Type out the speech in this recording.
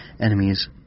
enemies